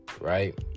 right